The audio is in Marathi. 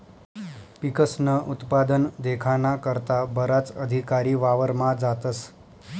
पिकस्नं उत्पादन देखाना करता बराच अधिकारी वावरमा जातस